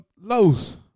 Los